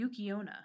Yukiona